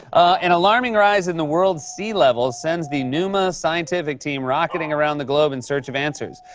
and alarming rise in the world's sea levels sends the numa scientific team rocketing around the globe in search of answers.